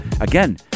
again